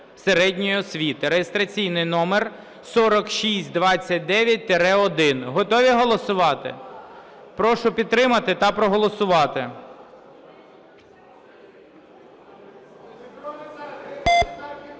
(реєстраційний номер 5202). Готові голосувати? Прошу підтримати та проголосувати.